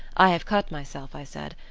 i have cut myself i said,